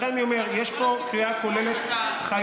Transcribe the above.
יש פה קריאה כוללת.